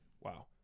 Wow